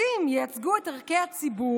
השופטים ייצגו את ערכי הציבור,